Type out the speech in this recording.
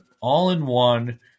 all-in-one